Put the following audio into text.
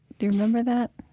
do you remember that?